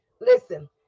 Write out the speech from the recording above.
listen